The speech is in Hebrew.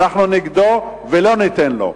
אנחנו נגדו ולא ניתן לו.